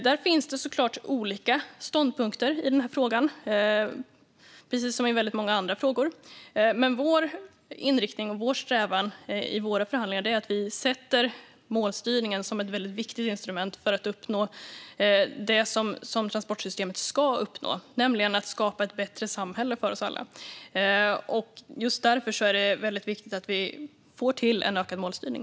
Det finns såklart olika ståndpunkter i den här frågan, precis som i många andra frågor. Men vår inriktning och vår strävan i förhandlingarna är att vi ska använda målstyrningen som ett viktigt instrument för att uppnå det som transportsystemet ska uppnå, nämligen ett bättre samhälle för oss alla. Just därför är det väldigt viktigt att vi får till en ökad målstyrning.